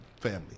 family